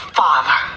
father